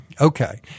Okay